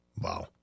Wow